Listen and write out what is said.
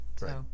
Right